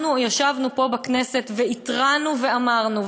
אנחנו ישבנו פה בכנסת והתרענו ואמרנו,